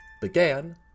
began